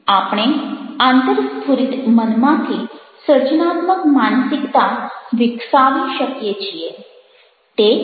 આપણે આંતરસ્ફુરિત મનમાંથી સર્જનાત્મક માનસિકતા વિકસાવી શકીએ છીએ